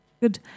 Good